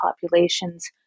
populations